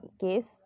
case